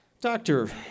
Doctor